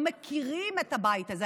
לא מכירים את הבית הזה.